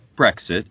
Brexit